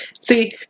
See